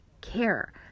care